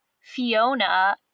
Fiona